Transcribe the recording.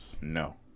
No